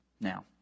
Now